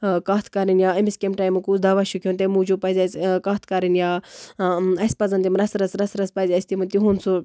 کَتھ کَرٕنۍ یا أمِس کَمہِ ٹایمہٕ کُس دوا چھُ کھیوٚن تَمہِ موٗجوٗب پَزِ اَسہِ کَتھ کَرٕنۍ یا اَسہِ پَزَن یِم رَژھٕ رَژھٕ پَزِ اَسہِ یہِ تِہُند سُہ